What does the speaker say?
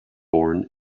born